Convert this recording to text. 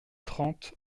trente